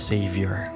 Savior